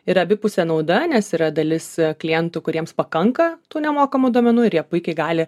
yra abipusė nauda nes yra dalis klientų kuriems pakanka tų nemokamų duomenų ir jie puikiai gali